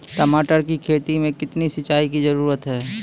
टमाटर की खेती मे कितने सिंचाई की जरूरत हैं?